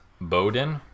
Bowden